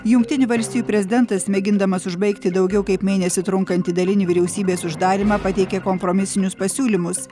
jungtinių valstijų prezidentas mėgindamas užbaigti daugiau kaip mėnesį trunkantį dalinį vyriausybės uždarymą pateikė kompromisinius pasiūlymus